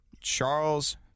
Charles